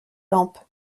lampe